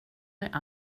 dig